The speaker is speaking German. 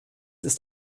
ist